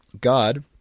God